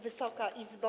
Wysoka Izbo!